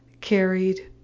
carried